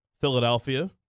Philadelphia